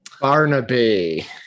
barnaby